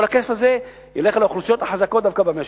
כל הכסף הזה ילך לאוכלוסיות החזקות דווקא במשק.